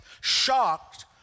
shocked